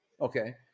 Okay